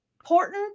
important